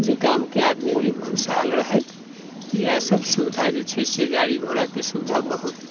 जे गामके आदमी भी खुशहाल रहै इएह सभ सुविधा जे छै से गाड़ी घोड़ाके सुविधा बहुत